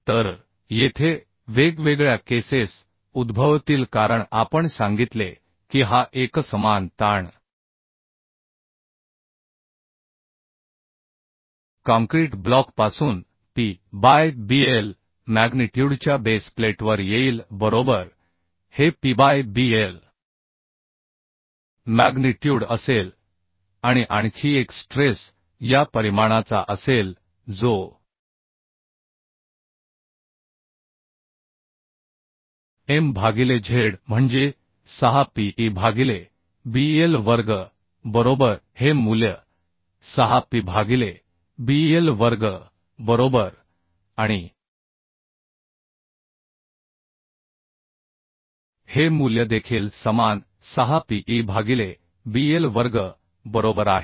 तर येथे वेगवेगळया केसेस उद्भवतील कारण आपण सांगितले की हा एकसमान ताण काँक्रीट ब्लॉकपासून p बाय bl मॅग्निट्युडच्या बेस प्लेटवर येईल बरोबर हे pबाय bl मॅग्निट्युड असेल आणि आणखी एक स्ट्रेस या परिमाणाचा असेल जो m भागिले z म्हणजे 6 p e भागिले b l वर्ग बरोबर हे मूल्य 6 p भागिले b l वर्ग बरोबर आहे आणिहे मूल्य देखील समान 6 p e भागिले b l वर्ग बरोबर आहे